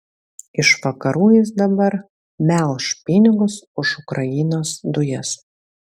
iš vakarų jis dabar melš pinigus už ukrainos dujas